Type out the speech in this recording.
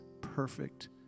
perfect